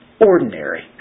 Ordinary